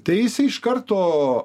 tai jisai iš karto